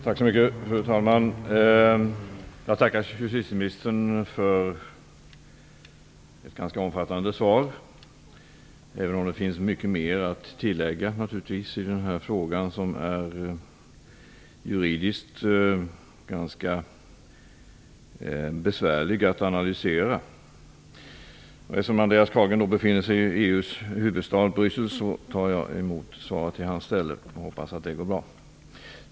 Fru talman! Jag tackar justitieministern för ett ganska omfattande svar, även om det naturligtvis finns mycket mer att tillägga i den här frågan, som juridiskt sett är ganska besvärlig att analysera. Eftersom Andreas Carlgren befinner sig i EU:s huvudstad Bryssel, tar jag emot svaret i hans ställe. Jag hoppas att det går bra.